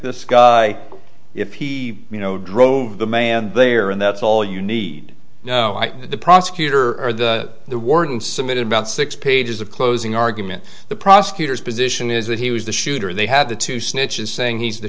this guy if he you know drove the man there and that's all you need the prosecutor or the the warden submitted about six pages of closing argument the prosecutor's position is that he was the shooter they had the two snitches saying he's the